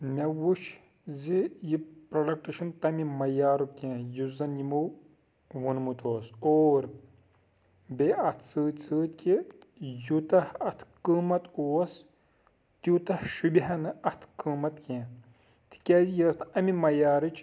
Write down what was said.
مےٚ وُچھ زِ یہِ پروڈَکٹ چھُ نہٕ تَمہِ مَیارُک کینٛہہ یُس زَن یِمو ووٚنمُت اوس اور بیٚیہِ اَتھ سۭتۍ سۭتۍ کہِ یوٗتاہ اَتھ قۭمَتھ اوس تیوٗتاہ شوٗبہِ ہا نہٕ اَتھ قۭمَتھ کینٛہہ تِکیٛازِ یہِ ٲس نہٕ اَمہِ مَیارٕچ